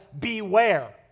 beware